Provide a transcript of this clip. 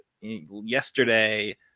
yesterday